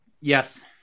Yes